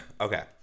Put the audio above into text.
Okay